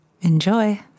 Enjoy